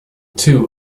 two